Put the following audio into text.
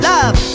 Love